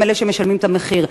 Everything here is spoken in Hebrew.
הם שמשלמים את המחיר.